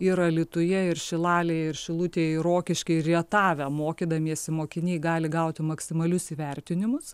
ir alytuje ir šilalėje ir šilutėje ir rokišky ir rietave mokydamiesi mokiniai gali gauti maksimalius įvertinimus